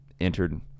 entered